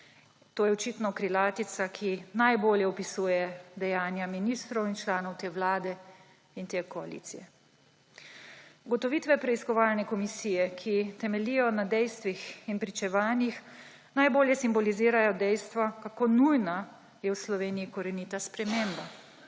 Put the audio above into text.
To je očitno krilatica, ki najbolje opisuje dejanja ministrov in članov te vlade in te koalicije. Ugotovitve preiskovalne komisije, ki temeljijo na dejstvih in pričevanjih, najbolje simbolizirajo dejstva, kako nujna je v Sloveniji korenita sprememba;